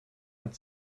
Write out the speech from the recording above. hat